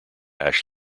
ash